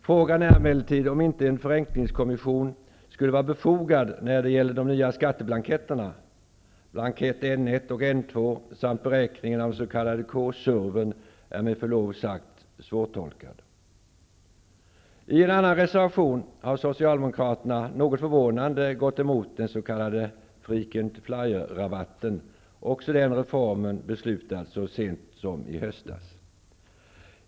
Frågan är emellertid om inte en förenklingskommission skulle vara befogad när det gäller de nya skatteblanketterna. Blankett N1 och N2 samt beräkningen av den s.k. K-surven är med förlov sagt svårtolkade. I en annan reservation har Socialdemokraterna något förvånande gått emot den s.k. frequent flyerrabatten. Också den reformen beslutades så sent som i höstas.